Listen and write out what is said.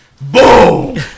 BOOM